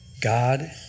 God